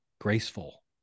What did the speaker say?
graceful